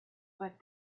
but